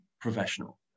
professional